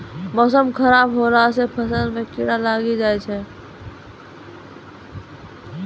मौसम खराब हौला से फ़सल मे कीड़ा लागी जाय छै?